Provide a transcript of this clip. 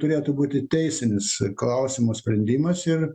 turėtų būti teisinis klausimo sprendimas ir